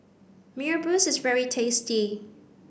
Mee Rebus is very tasty